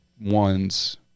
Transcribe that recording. ones